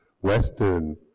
Western